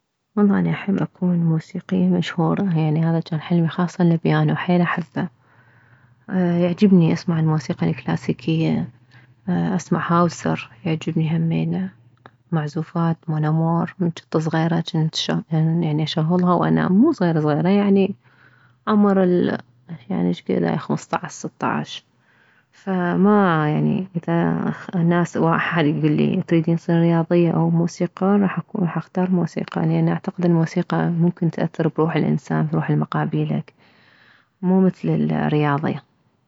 والله اني احب اكون موسيقية مشهورة يعني هذا جان حلمي خاصة البيانو حيل احبه يعجبني اسمع الموسيقى الكلاسيكية اسمع هاوسر يعجبني همينه معزوفات مونامور من جنت صغيرة جنت يعني جنت اشغلها وانام مو صغيرة صغيرة يعني عمر ال يعني شكد هاي خمستطعش ستطعش فما يعني اذا الناس او احد يكلي تريدين تصيرين رياضية او موسيقار راح اختار موسيقى راح اختار موسيقى لان الموسيقى ممكن تاثر بروح الانسان بروح المقابيلك مو مثل الرياضي